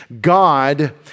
God